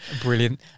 Brilliant